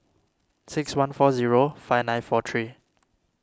six one four zero five nine four three